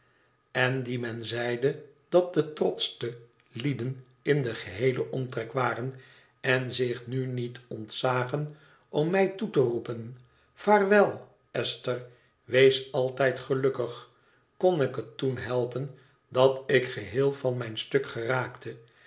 in den geheelen omtrek waren en zich nu niet ontzagen om mij toe te roepen vaarwel esther wees altijd gelukkig kon ik het toen helpen dat ik geheel van mijn stuk geraakte